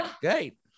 Great